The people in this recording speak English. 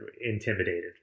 intimidated